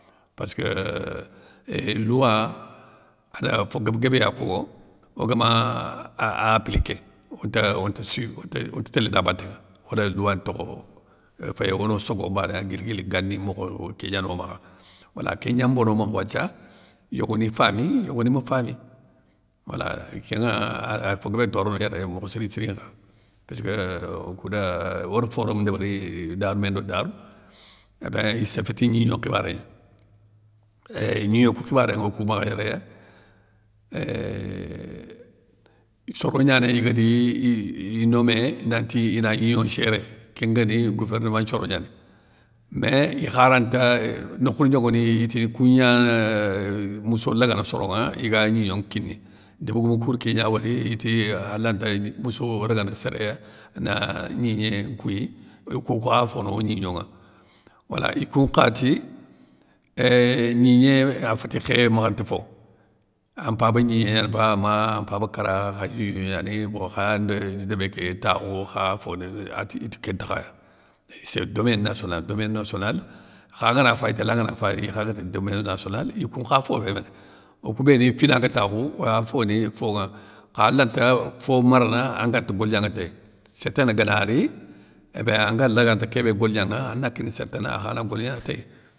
Passkeu, ééuuuhhh louwa, ada fo gab guébé ya ko, ogama a apliké, onte sui, onte tél da batéŋa, ode louwa ntokho, féyé ono sogo bana guili guili gani mokho kégna no makha wala kégna mbono makhe wathia, yogoni fami yogoni ma fami wala kénŋa ay fo guébé torono yéré mokhssiri siri, pésskeu okou de ore forum ndébéri, daroumé ndo darou, ébeinn, i séffé ti gnignon nkhibaré gna, éuuuhh gnigno kou khi baré okou makha yéré, éeehh soro gnanéy igadi i nomé nanti, ina gnignon ngéré, kén nguéni gouvernema nthioro gnane. Mé ikha ranta nokhouni yogoni intini kougna éuuh mousso lagana soronŋa, iga gnigno nkiniye, déb goumou kou ri kégna nŋwori, iti alanta mousso ragana séréya, na gnimé kouyi kou kokha fono gnignonŋa, wala ikoun nkha ti, éeehh gnigné afétti khéy makhanti fo, an mpaba gnigné gnani ba, ma an mpaba kara kha gnigno gnani, bo khayande débé ké takhou, khaya foni, ati iti kén ntakhaya, sé domaine nationale, domaine nationale kha angana fay tél angana fay ikha gati domaine nationale, ikoun nkha fofé méné, okou béni i fina ga takhou, oya foni fonŋa. kha alanta fo marna anganta golignanŋa téy, sértana gana ri, ébéinn anga laganta kébé golignanŋa ana kini sér tana akhana goligna téy.